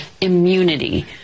immunity